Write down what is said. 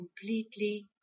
completely